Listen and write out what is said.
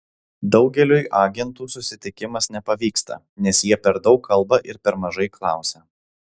daugeliui agentų susitikimas nepavyksta nes jie per daug kalba ir per mažai klausia